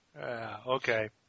Okay